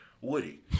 Woody